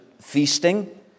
Feasting